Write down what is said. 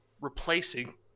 replacing